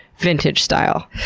vintage style.